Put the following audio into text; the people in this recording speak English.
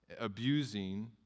abusing